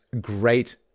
great